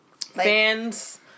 Fans